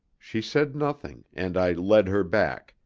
she said nothing, and i led her back,